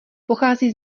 pochází